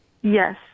Yes